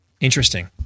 Interesting